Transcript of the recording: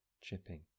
Chipping